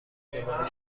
دوباره